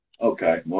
Okay